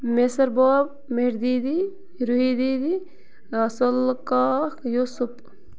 مِسٕر باب مِٹھ دیٖدی رُہی دیٖدی سُلہٕ کاک یوٗسُپ